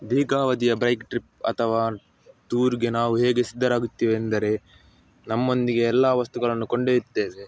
ದೀರ್ಘಾವಧಿಯ bike trip ಅಥವಾ ಟೂರಿಗೆ ನಾವು ಹೇಗೆ ಸಿದ್ಧರಾಗುತ್ತೇವೆ ಎಂದರೆ ನಮ್ಮೊಂದಿಗೆ ಎಲ್ಲಾ ವಸ್ತುಗಳನ್ನು ಕೊಂಡೊಯ್ಯುತ್ತೇವೆ